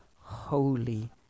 holy